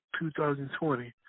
2020